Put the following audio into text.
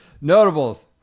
notables